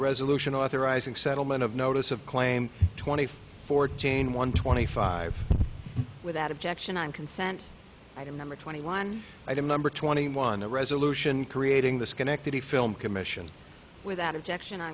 resolution authorizing settlement of notice of claim twenty five fourteen one twenty five without objection on consent item number twenty one item number twenty one a resolution creating the schenectady film commission without objection